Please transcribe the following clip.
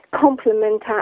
complement